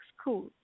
School